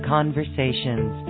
Conversations